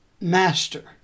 master